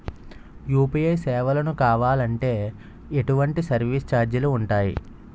UPI సేవలను కావాలి అంటే ఎటువంటి సర్విస్ ఛార్జీలు ఉంటాయి?